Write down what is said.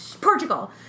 Portugal